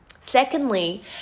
Secondly